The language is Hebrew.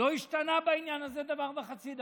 לא השתנה בעניין הזה דבר וחצי דבר.